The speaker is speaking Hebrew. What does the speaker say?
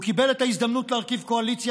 הוא קיבל את ההזדמנות להרכיב קואליציה